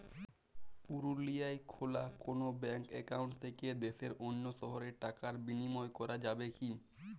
পুরুলিয়ায় খোলা কোনো ব্যাঙ্ক অ্যাকাউন্ট থেকে দেশের অন্য শহরে টাকার বিনিময় করা যাবে কি?